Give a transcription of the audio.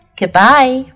goodbye